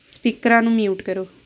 ਸਪੀਕਰਾਂ ਨੂੰ ਮਿਊਟ ਕਰੋ